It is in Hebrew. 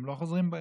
הם לא חוזרים בהם.